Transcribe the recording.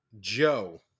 Joe